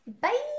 bye